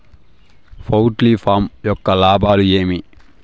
poultry farm యొక్క లాభాలు ఏమి